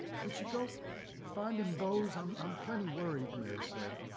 could you go find him, bose? i'm um plenty worried, mary said.